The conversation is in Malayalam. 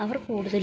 അവർ കൂടുതലും